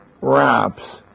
wraps